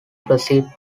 proceed